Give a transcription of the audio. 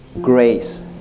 grace